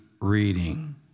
reading